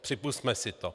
Připusťme si to.